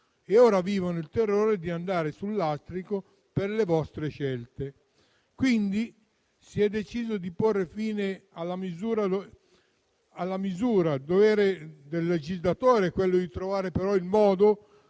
e ora vivono il terrore di andare sul lastrico per le vostre scelte. Quindi, si è deciso di porre fine alla misura. Dovere del legislatore è trovare, però, il modo